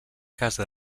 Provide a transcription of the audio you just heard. casa